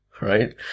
Right